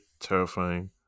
terrifying